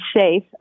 safe